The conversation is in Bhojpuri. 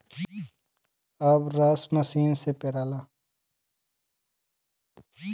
अब रस मसीन से पेराला